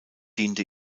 diente